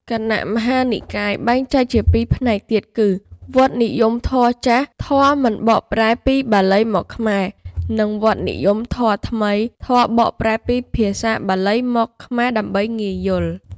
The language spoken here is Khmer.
គណៈមហានិកាយបែងចែកជាពីរផ្នែកទៀតគឺ វត្តនិយមធម៌ចាស់ (ធម៌មិនបកប្រែពីបាលីមកខ្មែរ) និង វត្តនិយមធម៌ថ្មី (ធម៌បកប្រែពីបាលីមកខ្មែរដើម្បីងាយយល់)។